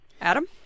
Adam